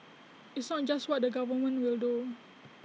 it's not just what the government will do